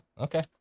okay